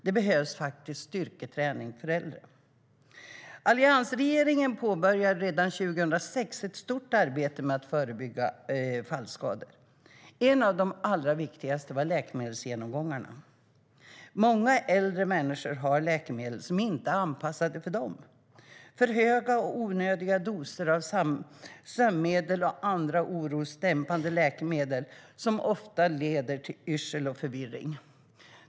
Det behövs faktiskt styrketräning för äldre. Alliansregeringen påbörjade redan 2006 ett stort arbete med att förebygga fallskador. En av de allra viktigaste åtgärderna var läkemedelsgenomgångarna. Många äldre människor har läkemedel som inte är anpassade för dem. För höga och onödiga doser av sömnmedel och andra orosdämpande läkemedel leder ofta till yrsel och förvirring.